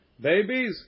babies